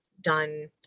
done